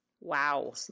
Wow